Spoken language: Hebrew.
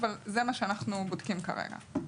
אבל זה מה שאנחנו בודקים כרגע.